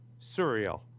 surreal